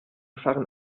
fahren